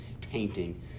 tainting